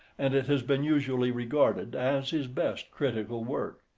and it has been usually regarded as his best critical work.